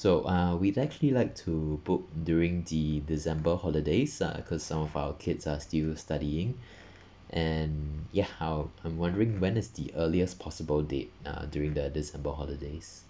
so uh we actually like to book during the december holidays uh cause some of our kids are still studying and ya I'm I'm wondering when is the earliest possible date uh during the december holidays